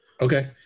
Okay